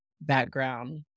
background